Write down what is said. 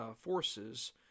forces